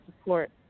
support